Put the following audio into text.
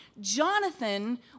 Jonathan